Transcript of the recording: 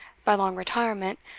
by long retirement,